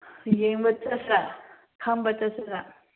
ꯌꯦꯡꯕ ꯆꯠꯁꯤꯔ ꯐꯝꯕ ꯆꯠꯁꯤꯔ